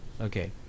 Okay